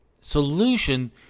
solution